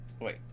wait